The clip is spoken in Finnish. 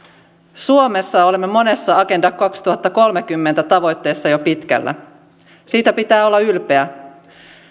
suomessa olemme monessa agenda kaksituhattakolmekymmentä tavoitteessa jo pitkällä siitä pitää olla ylpeä